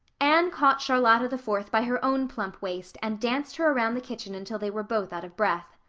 anne caught charlotta the fourth by her own plump waist and danced her around the kitchen until they were both out of breath.